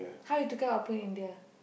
how you took care of Appu in India